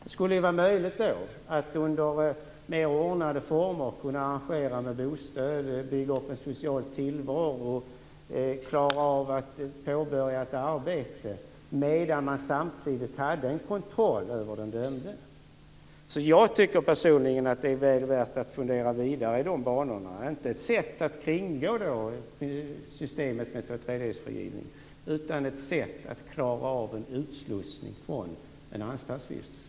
Det skulle då vara möjligt att under mer ordnade former arrangera bostad, bygga upp en social tillvaro, klara av att påbörja ett arbete, medan det samtidigt sker en kontroll av den dömde. Det är väl värt att fundera vidare i de banorna. Det är inte ett sätt att kringgå systemet med tvåtredjedelsfrigivning utan ett sätt att klara av en utslussning från en anstaltsvistelse.